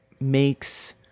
makes